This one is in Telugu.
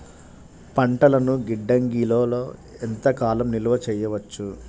పంటలను గిడ్డంగిలలో ఎంత కాలం నిలవ చెయ్యవచ్చు?